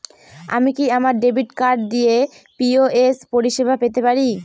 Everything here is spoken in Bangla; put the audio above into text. আমি কি আমার ডেবিট কার্ড দিয়ে পি.ও.এস পরিষেবা পেতে পারি?